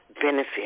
benefit